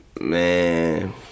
Man